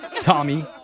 Tommy